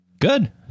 Good